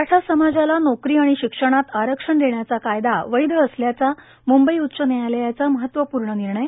मराठा समाजाला नोकरी आणि शिक्षणात आरक्षण देण्याचा कायदा वैध असल्याचा मुंबई उच्च न्यायालयाचा महत्वपूर्ण निर्णय